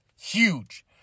Huge